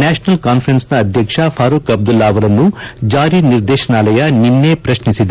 national ಕಾನ್ವರೆನ್ಸ್ನ ಅಧ್ಯಕ್ಷ ಫರೂಕ್ ಅಬ್ದುಲ್ಲಾ ಅವರನ್ನು ಜಾರಿ ನಿರ್ದೇಶನಾಲಯ ನಿನ್ನೆ ಪ್ರಶ್ನಿಸಿದೆ